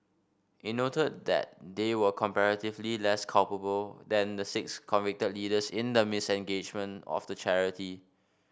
it noted that they were comparatively less culpable than the six convicted leaders in the mismanagement of the charity